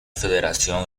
federación